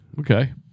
Okay